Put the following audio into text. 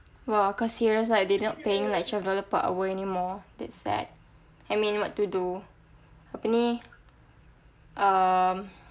!wah! kau serious ah they not paying like twelve per hour anymore that's sad I mean what to do apa ni um